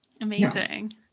Amazing